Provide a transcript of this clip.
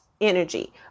energy